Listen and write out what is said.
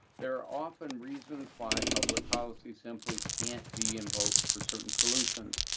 there are often reasons why public policy simply can't be invoked for certain solutions,